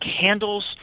candles